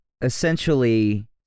essentially